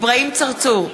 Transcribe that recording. אברהים צרצור,